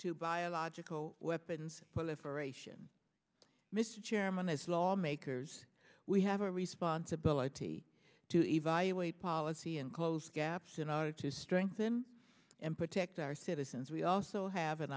to biological weapons proliferation mr chairman as lawmakers we have a responsibility to evaluate policy and close gaps in order to strengthen and protect our citizens we also have an